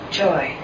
joy